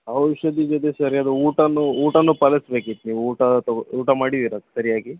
ಔಷಧಿ ಜೊತೆ ಸರಿಯಾದ ಊಟನು ಊಟನು ಪಾಲಿಸ್ಬೇಕಿತ್ತು ನೀವು ಊಟ ತಗೋ ಊಟ ಮಾಡಿದ್ದೀರಾ ಸರಿಯಾಗಿ